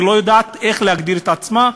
היא לא יודעת איך להגדיר את עצמה.